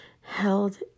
held